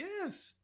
Yes